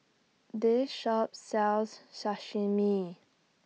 This Shop sells Sashimi